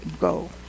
go